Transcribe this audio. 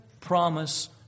promise